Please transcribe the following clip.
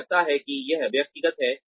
उन्हें लगता है कि यह व्यक्तिगत है